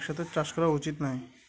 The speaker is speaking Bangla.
এক সাথে চাষ করা উচিত নয়